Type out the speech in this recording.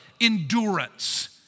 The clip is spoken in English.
endurance